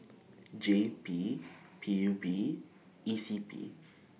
J P P U B E C P